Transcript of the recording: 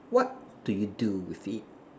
what do you do with it